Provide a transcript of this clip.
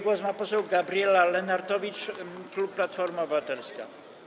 Głos ma poseł Gabriela Lenartowicz, klub Platforma Obywatelska.